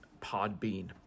Podbean